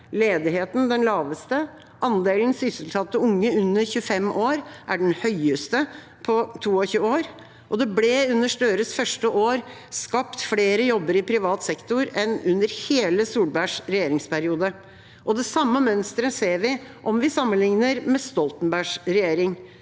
ledigheten den laveste. Andelen sysselsatte unge under 25 år er den høyeste på 22 år. Det ble under Støres første år skapt flere jobber i privat sektor enn under hele Solbergs regjeringsperiode. Det samme mønsteret ser vi om vi sammenligner med Stoltenbergs regjering.